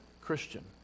Christian